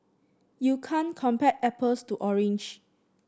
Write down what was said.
you can't compare apples to orange